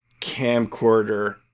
camcorder